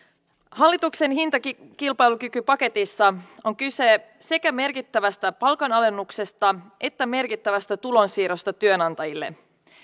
hallituksen hintakilpailukykypaketissa on kyse sekä merkittävästä palkan alennuksesta että merkittävästä tulonsiirrosta työnantajille